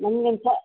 ನಮ್ಗೆ ಎಂಥ